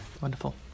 Wonderful